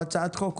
או הצעת חוק,